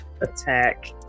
attack